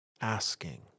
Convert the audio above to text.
asking